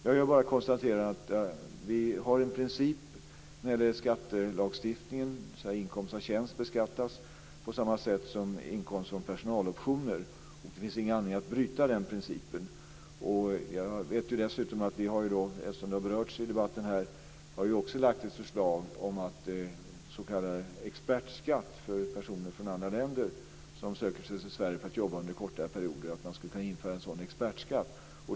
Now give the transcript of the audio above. Jag bara konstaterar att vi har en princip när det gäller skattelagstiftningen: Inkomst av tjänst beskattas på samma sätt som inkomst från personaloptioner. Det finns ingen anledning att bryta den principen. Vi har ju dessutom lagt fram ett förslag, vilket också har berörts i debatten, om att införa s.k. expertskatt för personer från andra länder som söker sig till Sverige för att jobba under kortare perioder.